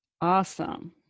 Awesome